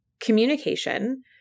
communication